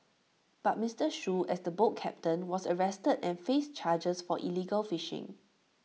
but Mister Shoo as the boat captain was arrested and faced charges for illegal fishing